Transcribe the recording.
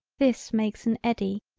this makes an eddy.